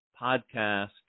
podcast